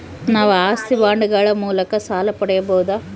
ನಾವು ಆಸ್ತಿ ಬಾಂಡುಗಳ ಮೂಲಕ ಸಾಲ ಪಡೆಯಬಹುದಾ?